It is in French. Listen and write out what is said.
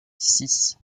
six